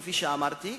כפי שאמרתי,